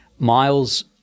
Miles